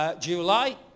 July